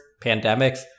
pandemics